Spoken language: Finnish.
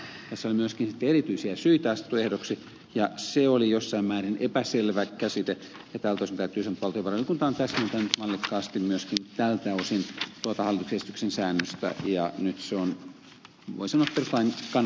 tässä oli myöskin sitten erityisiä syitä asetettu ehdoksi ja se oli jossain määrin epäselvä käsite ja tältä osin täytyy sanoa että valtiovarainvaliokunta on täsmentänyt mallikkaasti myöskin tältä osin tuota hallituksen esityksen säännöstä ja nyt se on voi sanoa perustuslain kannalta katsottuna kohdallaan